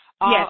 Yes